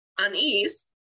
unease